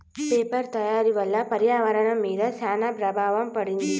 paper తయారీ వల్ల పర్యావరణం మీద శ్యాన ప్రభావం పడింది